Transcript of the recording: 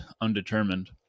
undetermined